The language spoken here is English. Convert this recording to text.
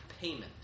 payment